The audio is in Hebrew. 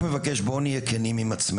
אני רק מבקש, בואו כולנו נהיה כנים עם עצמנו,